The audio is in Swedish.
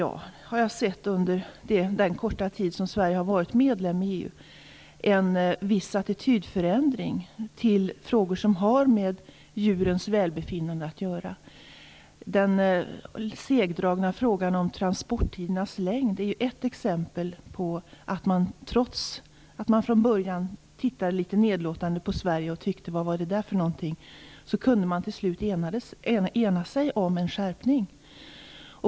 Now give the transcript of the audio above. Jag har under den korta tid som Sverige har varit medlem i EU kunnat notera en viss attitydförändring vad gäller frågor som har med djurens välbefinnande att göra. Den segdragna frågan om transporttidernas längd är ett exempel på att man trots att man från början tittade litet nedlåtande på Sverige och undrade vad det var för någonting vi ville till slut kunde ena sig om en skärpning.